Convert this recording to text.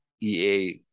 EA